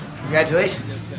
Congratulations